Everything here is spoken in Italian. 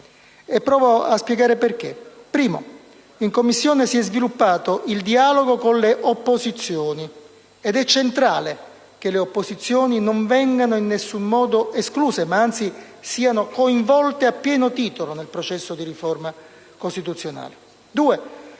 Provo a spiegare perché. In primo luogo, in Commissione si è sviluppato il dialogo con le opposizioni, ed è centrale che le opposizioni non vengano in nessun modo escluse ma, anzi, siano coinvolte a pieno titolo nel processo di riforma costituzionale. In